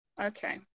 Okay